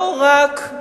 לא עשיתם כלום.